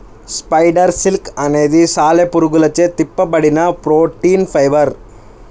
spider silk అనేది సాలెపురుగులచే తిప్పబడిన ప్రోటీన్ ఫైబర్